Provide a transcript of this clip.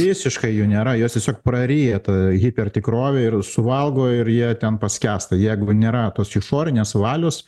visiškai jų nėra juos tiesiog praryja ta hipertikrovė ir suvalgo ir jie ten paskęsta jeigu nėra tos išorinės valios